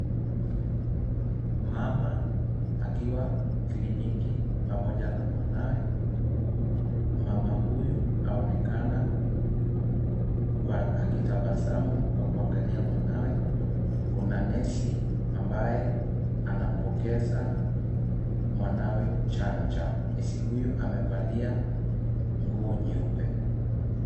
Mama akiwa kliniki pamoja na mwanawe. Mama huyu aonekana kuwa akitabasamu kwa kuangalia mwanawe. Kuna nesi ambaye anampokeza mwanawe chanjo. Nesi huyu amevalia nguo nyeupe.